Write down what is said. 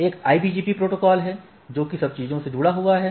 एक IBGP protocol है जो कि सब चीजों से जुड़ा हुआ है